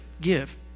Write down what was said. give